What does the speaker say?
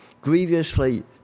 grievously